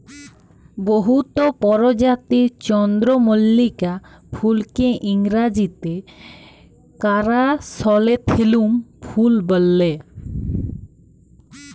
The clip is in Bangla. বহুত পরজাতির চল্দ্রমল্লিকা ফুলকে ইংরাজিতে কারাসলেথেমুম ফুল ব্যলে